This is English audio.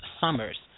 summers